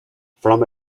from